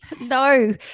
no